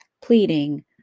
pleading